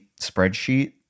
spreadsheet